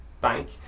bank